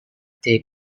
they